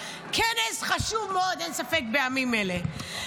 כנס חשוב מאוד בימים אלה,